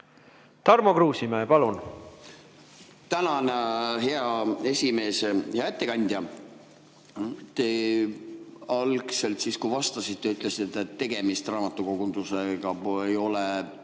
Tarmo Kruusimäe, palun! Tänan, hea [ase]esimees! Hea ettekandja! Te algselt siis, kui vastasite, ütlesite, et tegemist raamatukogunduse puhul ei ole